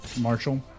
Marshall